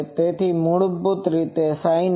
તેથી મૂળભૂત રીતે તે sin Y છે